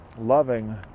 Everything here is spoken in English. loving